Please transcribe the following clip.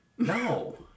No